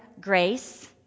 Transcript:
Grace